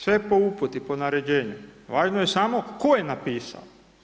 Sve je po uputi, po naređenju, važno je samo tko je napisao.